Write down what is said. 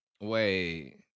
Wait